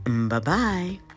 Bye-bye